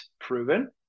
proven